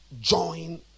join